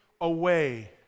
away